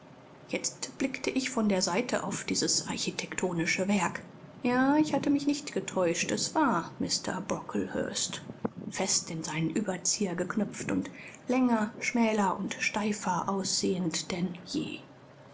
jetzt blickte ich von der seite auf dieses architektonische werk ja ich hatte mich nicht getäuscht es war mr brocklehurst fest in seinen überzieher geknöpft und länger schmäler und steifer aussehend denn je